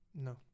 No